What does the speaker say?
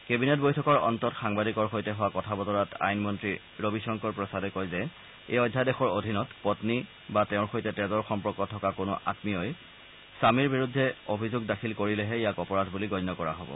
cabinet বৈঠকৰ অন্তত সাংবাদিকৰ সৈতে হোৱা কথা বতৰাত আইন মন্ত্ৰী ৰবিশংকৰ প্ৰসাদে কয় যে এই অধ্যাদেশৰ অধীনত পশ্নী বা তেওঁৰ সৈতে তেজৰ সম্পৰ্ক থকা কোনো আঘীয়ই স্বমীৰ বিৰুদ্ধে অভিযোগ দাখিল কৰিলেহে ইয়াক অপৰাধ বুলি গণ্য কৰা হব